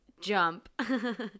jump